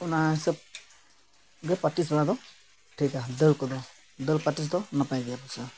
ᱚᱱᱟ ᱦᱤᱥᱟᱹᱵ ᱜᱮ ᱯᱮᱠᱴᱤᱥ ᱵᱟᱲᱟ ᱫᱚ ᱴᱷᱤᱠᱼᱟ ᱫᱟᱹᱲ ᱠᱚᱫᱚ ᱫᱟᱹᱲ ᱯᱮᱠᱴᱤᱥ ᱫᱚ ᱱᱟᱯᱟᱭ ᱜᱮᱭᱟ ᱚᱵᱚᱥᱥᱚ